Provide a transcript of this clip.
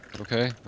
Okay